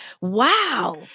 wow